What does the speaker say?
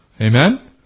Amen